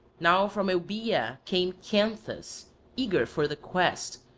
now from euboea came canthus eager for the quest,